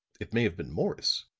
it may have been morris.